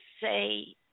say